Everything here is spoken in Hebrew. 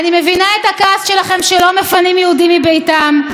אני מבינה את הכעס שלכם שלא מפנים יהודים מביתם,